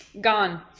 gone